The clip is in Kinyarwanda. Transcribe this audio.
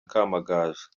kamagaju